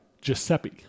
Giuseppe